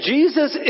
Jesus